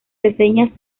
reseñas